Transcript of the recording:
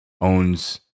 owns